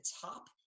top